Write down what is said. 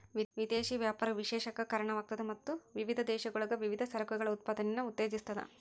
ವಿದೇಶಿ ವ್ಯಾಪಾರ ವಿಶೇಷತೆಕ್ಕ ಕಾರಣವಾಗ್ತದ ಮತ್ತ ವಿವಿಧ ದೇಶಗಳೊಳಗ ವಿವಿಧ ಸರಕುಗಳ ಉತ್ಪಾದನೆಯನ್ನ ಉತ್ತೇಜಿಸ್ತದ